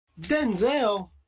Denzel